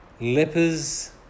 lepers